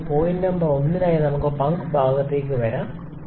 അതിനാൽ point number 1 നായി നമുക്ക് പമ്പ് ഭാഗത്തേക്ക് വരാം